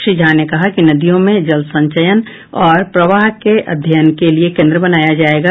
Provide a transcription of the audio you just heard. श्री झा ने कहा कि नदियों में जल संचयन और प्रवाह के अध्ययन के लिए केन्द्र बनाया जायेगा